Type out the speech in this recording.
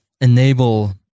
enable